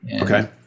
Okay